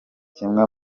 kimwe